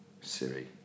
Siri